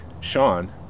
Sean